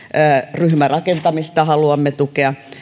ryhmärakentamista haluamme tukea